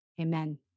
Amen